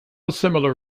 similar